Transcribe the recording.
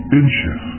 inches